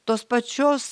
tos pačios